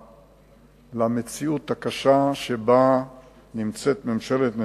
למציאות הקשה שבה נמצאת ממשלת נתניהו.